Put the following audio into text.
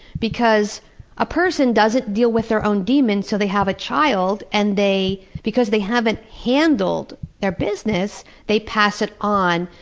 because a person doesn't deal with their own demons so they have a child, and because they haven't handled their business, they pass it on.